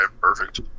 perfect